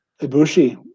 Ibushi